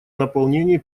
наполнении